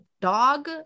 dog